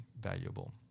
valuable